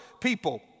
people